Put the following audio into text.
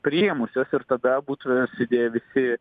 priėmusios ir tada būtumėm sėdėję visi